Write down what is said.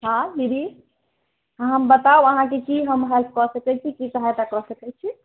हँ दीदी हँ बताउ हम आहाँकेँ की हम हेल्प कऽ सकैत छी की सहायता कऽ सकैत छी